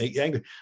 angry